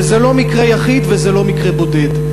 וזה לא מקרה יחיד וזה לא מקרה בודד.